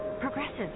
Progressive